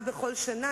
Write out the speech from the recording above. האופוזיציה.